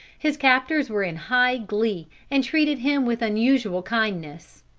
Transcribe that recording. his captors were in high glee, and treated him with unusual kindness.